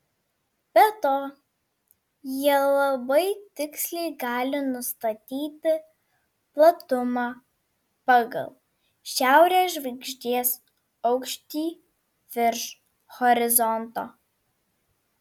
be to jie labai tiksliai gali nustatyti platumą pagal šiaurės žvaigždės aukštį virš horizonto